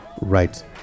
right